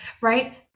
right